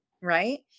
right